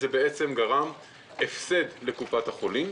זה גרם הפסד לקופת החולים,